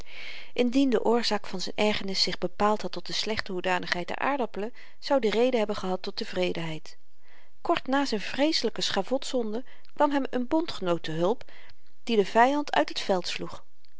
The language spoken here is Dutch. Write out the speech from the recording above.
indien de oorzaak van z'n ergernis zich bepaald had tot de slechte hoedanigheid der aardappelen zoud i reden hebben gehad tot tevredenheid kort na z'n vreeselyke schavotzonde kwam hem n bondgenoot te hulp die den vyand uit het veld sloeg